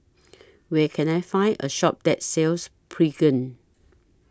Where Can I Find A Shop that sells Pregain